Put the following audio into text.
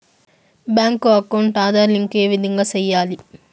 Bank account Aadhaar link ఏ విధంగా సెయ్యాలి?